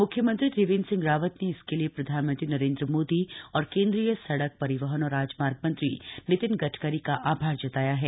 मुख्यमंत्री त्रिवेंद्र सिंह रावत ने इसके लिए प्रधानमंत्री नरेंद्र मोदी और केंद्रीय सड़क परिवहन और राजमार्ग मंत्री नितिन गडकरी का आभार जताया है